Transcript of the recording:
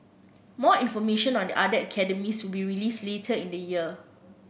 more information on the other academies will be released later in the year